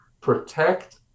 protect